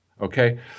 okay